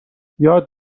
یاد